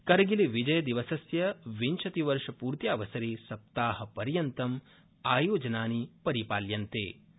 करगिलविजयदिवसस्य विंशतिवर्षपूर्यावसरे सप्ताहपर्यन्तं ञयोजनानि परिपाल्यन्ते